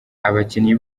abakinnyi